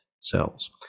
cells